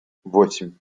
восемь